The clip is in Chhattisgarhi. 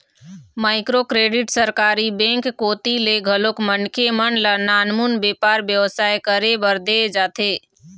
माइक्रो क्रेडिट सरकारी बेंक कोती ले घलोक मनखे मन ल नानमुन बेपार बेवसाय करे बर देय जाथे